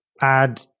add